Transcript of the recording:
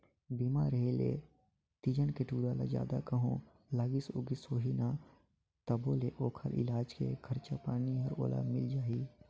बीमा रेहे ले तीजन के टूरा ल जादा कहों लागिस उगिस होही न तभों ले ओखर इलाज के खरचा पानी हर ओला मिल जाही